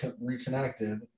reconnected